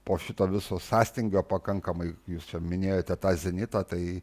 po šito viso sąstingio pakankamai jūs jau minėjote tą zenitą tai